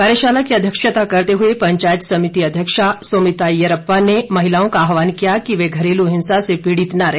कार्यशाला की अध्यक्षता करते हुए पंचायत समिति अध्यक्षा सुमिता यरप्पा ने महिलाओं का आहवान किया कि वे घरेलू हिंसा से पीड़ित न रहे